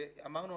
ואמרנו,